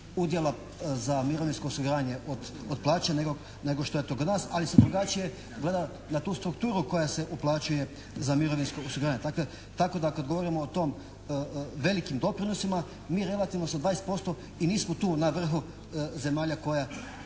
udjela za mirovinsko osiguranje od plaće nego što je to kod nas, ali se drugačije gleda na tu strukturu koja se uplaćuje za mirovinsko osiguranje. Dakle, tako da kad govorimo o tome, velikim doprinosima mi relativno sa 20% i nismo tu na vrhu zemalja koje